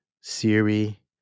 Siri